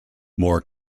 more